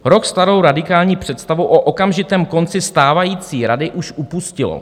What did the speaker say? Rok starou radikální představu o okamžitém konci stávající rady už opustilo.